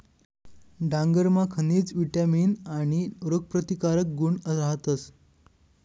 डांगरमा खनिज, विटामीन आणि रोगप्रतिकारक गुण रहातस